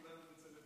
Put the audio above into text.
חבריי חברי הכנסת,